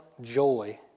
joy